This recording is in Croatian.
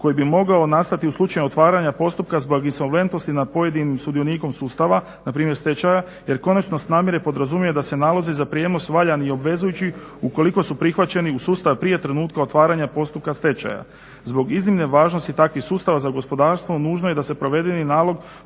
koji bi mogao nastati u slučaju otvaranja postupka zbog insolventnosti nad pojedinim sudionikom sustava npr. stečaja jer konačnost namjere podrazumijeva da su nalozi za prijenos valjani i obvezujući ukoliko su prihvaćeni u sustav prije trenutka otvaranja postupka stečaja. Zbog iznimne važnosti takvih sustava za gospodarstvo nužno je da se provedeni nalog